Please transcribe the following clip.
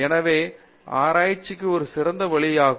எனவே ஆராய்ச்சிக்கு ஒரு சிறந்த வழியாகும்